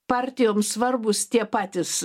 partijom svarbūs tie patys